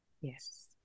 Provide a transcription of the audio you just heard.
Yes